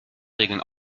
regeln